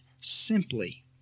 simply